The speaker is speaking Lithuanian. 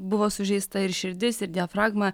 buvo sužeista ir širdis ir diafragma